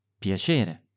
Piacere